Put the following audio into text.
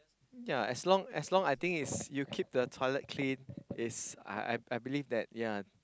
ya as long as long I think if you keep the toilet clean is I believe that ya